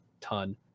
ton